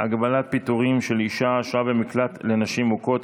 הגבלת פיטורים של אישה השוהה במקלט לנשים מוכות),